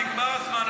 נגמר הזמן,